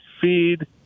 feed